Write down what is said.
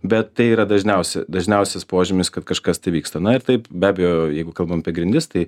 bet tai yra dažniausi dažniausias požymis kad kažkas vyksta na ir taip be abejo jeigu kalbam apie grindis tai